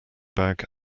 bag